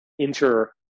Enter